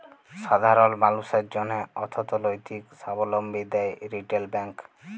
সাধারল মালুসের জ্যনহে অথ্থলৈতিক সাবলম্বী দেয় রিটেল ব্যাংক